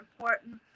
important